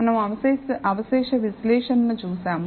మనం అవశేష విశ్లేషణను చూసాము